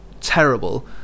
terrible